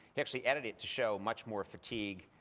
he actually edited it to show much more fatigue,